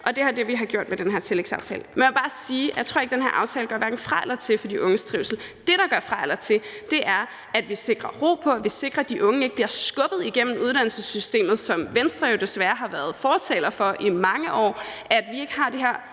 og det er det, vi har gjort med den her tillægsaftale. Jeg vil bare sige, at jeg ikke tror, at den her aftale gør hverken fra eller til for de unges trivsel. Det, der gør fra eller til, er, at vi sikrer, at der er ro på, at de unge ikke bliver skubbet igennem uddannelsessystemet – som Venstre jo desværre har været fortalere for i mange år – og at vi ikke har det her